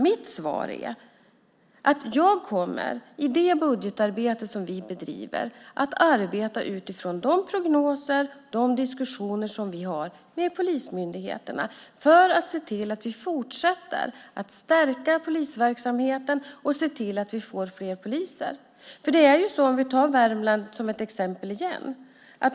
Mitt svar är att jag i det budgetarbete som vi bedriver kommer att arbeta utifrån de prognoser och de diskussioner som vi har med polismyndigheterna för att se till att vi kan fortsätta att stärka polisverksamheten och se till att vi får fler poliser. Jag kan ta Värmland som exempel igen.